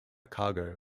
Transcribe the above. cargo